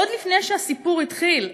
עוד לפני שהסיפור התחיל,